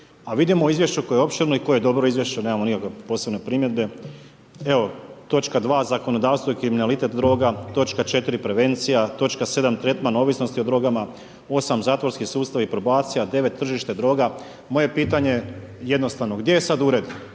a vidimo u izvješću koje je opširno i koje je dobro izvješće, nemamo nikakve posebne primjedbe, evo točka 2. zakonodavstvo i kriminalitet droga, točka 4. prevencija, točka 7. tretman ovisnosti o drogama, 8. zatvorski sustav i probacija, 9. tržište droga. Moje pitanje je jednostavno, gdje je sad Ured?